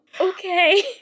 okay